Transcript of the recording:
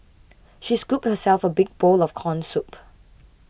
she scooped herself a big bowl of Corn Soup